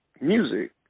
music